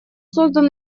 создан